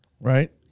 right